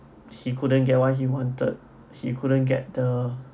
he couldn't get what he wanted he couldn't get the